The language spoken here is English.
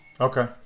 Okay